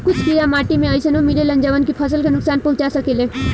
कुछ कीड़ा माटी में अइसनो मिलेलन जवन की फसल के नुकसान पहुँचा सकेले